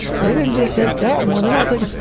they didn't just take that one. they're not taking,